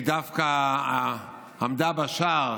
היא דווקא עמדה בשער